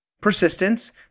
persistence